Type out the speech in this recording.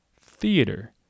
Theater